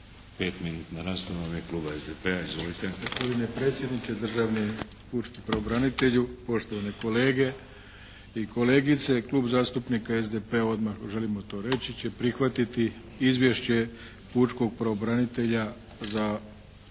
pet minutna rasprava u ime kluba SDP-a. Izvolite!